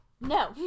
no